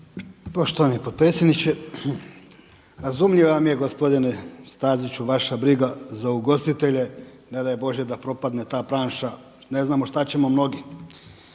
Poštovani potpredsjedniče, razumljiva vam je gospodine Staziću vaša briga za ugostitelje. Ne daj Bože da propadne ta branša, ne znamo šta ćemo mnogi.